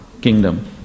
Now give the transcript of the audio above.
kingdom